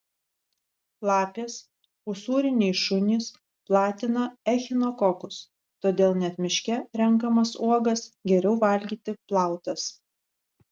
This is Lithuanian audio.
lapės usūriniai šunys platina echinokokus todėl net miške renkamas uogas geriau valgyti plautas